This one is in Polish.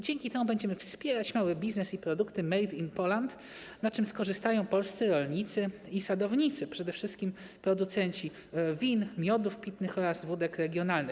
Dzięki temu będziemy wspierać mały biznes i produkty made in Poland, na czym skorzystają polscy rolnicy i sadownicy, przede wszystkim producenci win, miodów pitnych oraz wódek regionalnych.